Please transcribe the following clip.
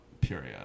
period